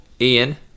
Ian